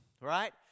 Right